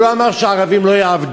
הוא לא אמר שערבים לא יעבדו.